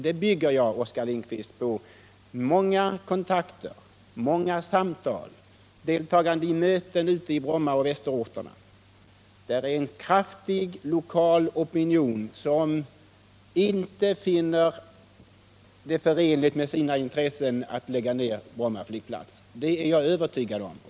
Det bygger jag, Oskar Lindkvist, på många kontakter, många samtal, deltagande i möten ute i Bromma och Västerort. Där är det en kraftig lokal opinion som inte finner det förenligt med sina intressen att lägga ned Bromma flygplats — det är jag övertygad om.